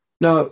Now